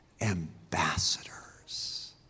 ambassadors